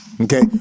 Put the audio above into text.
Okay